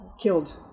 Killed